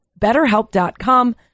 BetterHelp.com